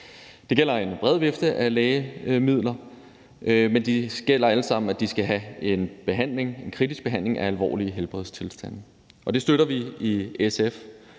Det gælder en bred vifte af lægemidler, men det gælder for alle sammen, at de skal være til kritisk behandling af alvorlige helbredstilstande. Og det støtter vi i SF.